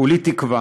כולי תקווה